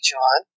John